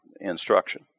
instruction